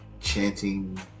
chanting